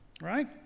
right